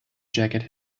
jacket